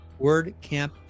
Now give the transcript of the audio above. WordCamp